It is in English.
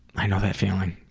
i know that feeling.